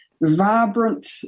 vibrant